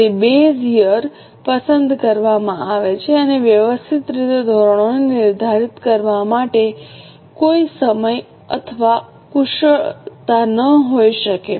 તેથી base year પસંદ કરવામાં આવે છે અને વ્યવસ્થિત રીતે ધોરણોને નિર્ધારિત કરવા માટે કોઈ સમય અથવા કુશળતા ન હોઈ શકે